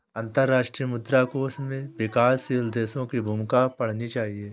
अंतर्राष्ट्रीय मुद्रा कोष में विकासशील देशों की भूमिका पढ़नी चाहिए